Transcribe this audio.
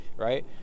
Right